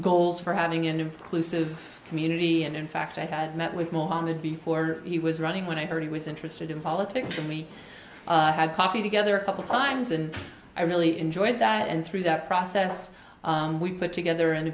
goals for having an inclusive community and in fact i had met with mohammed before he was running when i heard he was interested in politics and we had coffee together a couple times and i really enjoyed that and through that process we put together an